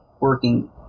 working –